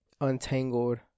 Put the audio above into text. untangled